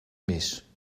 mis